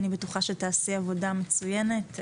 אני בטוחה שתעשי עבודה מצוינת.